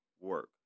work